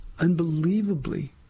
unbelievably